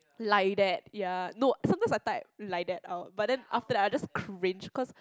like that ya no some times I type like that out but then after that I just cringe cause